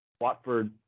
Watford